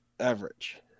average